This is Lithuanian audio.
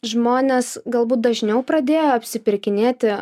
žmonės galbūt dažniau pradėjo apsipirkinėti